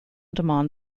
demand